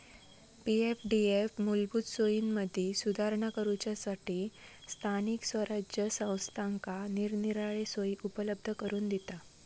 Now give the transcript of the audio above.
पी.एफडीएफ मूलभूत सोयींमदी सुधारणा करूच्यासठी स्थानिक स्वराज्य संस्थांका निरनिराळे सोयी उपलब्ध करून दिता